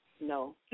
no